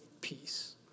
peace